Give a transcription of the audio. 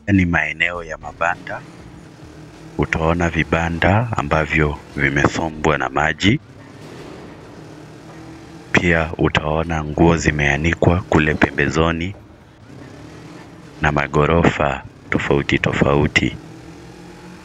Hapa ni maeneo ya mabanda. Utaona vibanda ambavyo vimesombwa na maji. Pia utaona nguo zimeanikwa kule pembezoni na maghorofa tofauti.